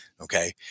Okay